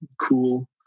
cool